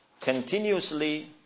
continuously